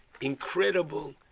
incredible